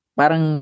parang